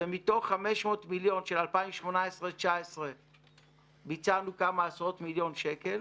ומתוך 500 מיליון של 2019-2018 ביצענו כמה עשרות מיליוני שקלים.